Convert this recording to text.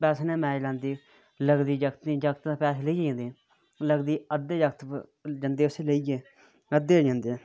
पैसे ने मैच लांदे लगदी जागत पैसे ते लेई गै जंदे न लगदी अद्धे जागत जंदे उसी लेइयै अध्दे गै जंदे